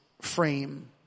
frame